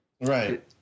Right